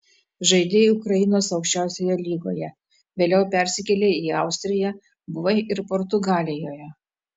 žaidei ukrainos aukščiausioje lygoje vėliau persikėlei į austriją buvai ir portugalijoje